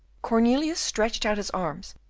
cornelius stretched out his arms,